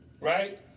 right